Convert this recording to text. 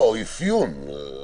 לא, אפיון.